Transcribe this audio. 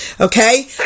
Okay